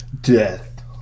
Death